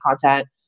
content